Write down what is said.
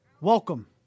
welcome